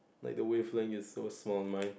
like the wavelength is so small on mine